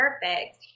perfect